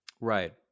Right